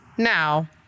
Now